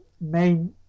main